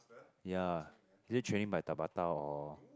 ya is it training by tabata or